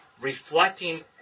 reflecting